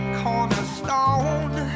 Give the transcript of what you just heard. cornerstone